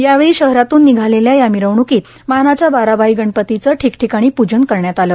यावेळी शहरातून निघालेल्या या मिरवण्कीत मानाच्या बाराभाई गणपतीचे ठीकठिकाणी पूजन करण्यात आलं